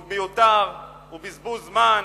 הוא מיותר, הוא בזבוז זמן.